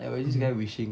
there was this guy wishing